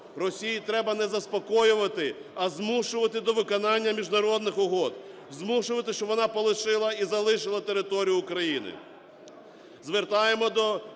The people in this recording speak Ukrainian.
Росію треба не заспокоювати, а змушувати до виконання міжнародних угод! Змушувати, щоб вона полишила і залишила територію України.